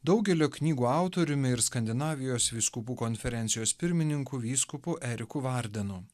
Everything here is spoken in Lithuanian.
daugelio knygų autoriumi ir skandinavijos vyskupų konferencijos pirmininku vyskupu eriku vardenu